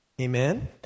Amen